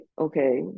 okay